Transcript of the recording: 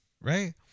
right